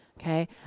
Okay